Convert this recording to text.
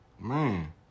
Man